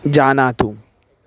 जानातु